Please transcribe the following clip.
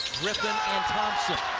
griffin, and thompson.